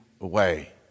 away